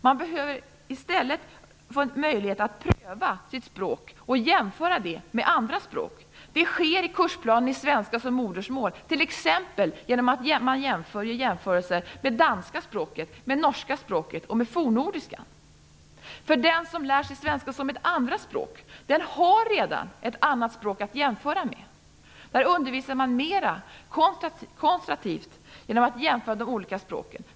Man behöver då i stället få en möjlighet att pröva sitt språk och jämföra det med andra språk. Det sker i kursplanen i svenska som modersmål, t.ex. genom att man gör jämförelser med danska språket, med norska språket och med fornnordiskan. Den som lär sig svenska som ett andraspråk har redan ett annat språk att jämföra med. Där undervisar man mera kontrastivt, genom att jämföra de olika språken.